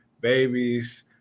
babies